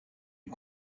est